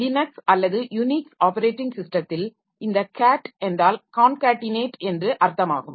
Linux அல்லது Unix operating ஸிஸ்டத்தில் இந்த cat என்றால் கான்கேட்டினேட் என்று அர்த்தம் ஆகும்